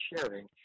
sharing